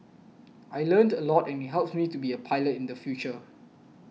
I learnt a lot and it helps me to be a pilot in the future